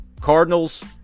Cardinals